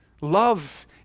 Love